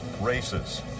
races